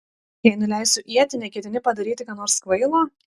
jei nuleisiu ietį neketini padaryti ką nors kvailo